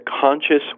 conscious